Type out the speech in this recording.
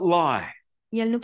lie